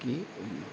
কি